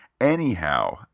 Anyhow